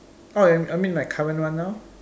oh you I mean my current one now